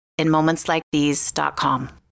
InMomentsLikeThese.com